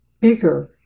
bigger